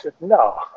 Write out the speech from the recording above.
No